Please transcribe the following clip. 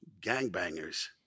gangbangers